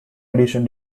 edition